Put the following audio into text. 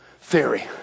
theory